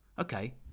okay